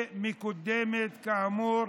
שמקודמת, כאמור,